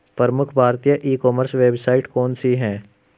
प्रमुख भारतीय e commerce website कौन कौन सी हैं?